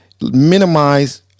minimize